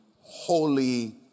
Holy